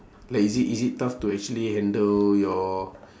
like is it is it tough to actually handle your